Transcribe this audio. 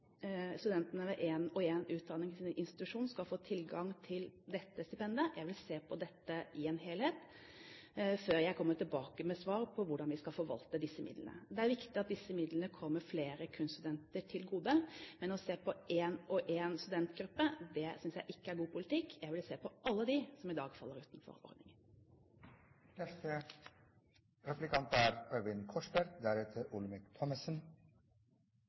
studentene ved en og en utdanningsinstitusjon skal få tilgang til dette stipendet. Jeg vil se på dette i en helhet før jeg kommer tilbake med svar på hvordan vi skal forvalte disse midlene. Det er viktig at disse midlene kommer flere kunststudenter til gode, men å se på en og en studentgruppe synes jeg ikke er god politikk. Jeg vil se på alle dem som i dag faller utenfor